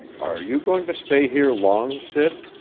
are you going to stay here long, sid?